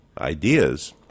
ideas